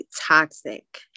toxic